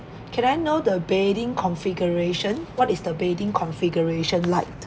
can I know the bedding configuration what is the bedding configuration like